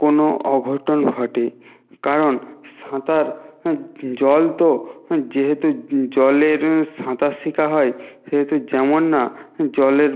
কোনো অঘটন ঘটে কারণ সাঁতার জল তো যেহেতু জলের সাঁতার শিখা হয় সেহেতু যেমন না জলের